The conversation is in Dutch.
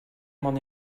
man